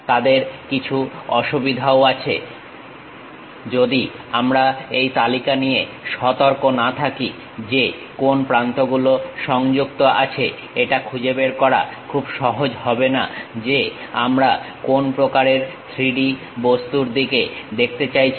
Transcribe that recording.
তাদের কিছু অসুবিধাও আছে যদি আমরা এই তালিকা নিয়ে সতর্ক না থাকি যে কোন প্রান্ত গুলো সংযুক্ত আছে এটা খুঁজে বের করা খুব সহজ হবে না যে আমরা কোন প্রকারের 3D বস্তুর দিকে দেখতে চাইছি